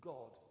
God